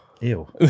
Ew